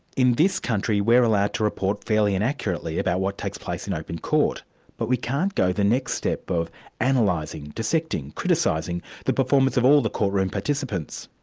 in this country we're allowed to report fairly and accurately about what takes place in open court but we can't go the next step of and like analysing dissecting criticising the performance of all the courtroom participants.